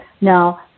Now